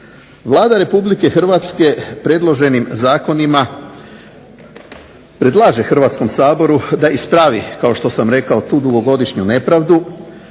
Vlada Republike Hrvatske predloženim zakonima predlaže Hrvatskom saboru da ispravi dugogodišnju nepravdu,